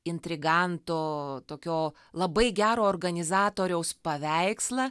intriganto tokio labai gero organizatoriaus paveikslą